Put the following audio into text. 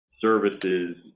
services